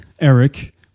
Eric